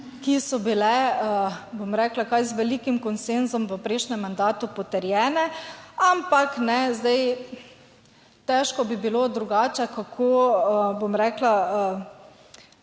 ki so bile, bom rekla, kar z velikim konsenzom v prejšnjem mandatu potrjene, ampak ne zdaj, težko bi bilo drugače, kako bom rekla,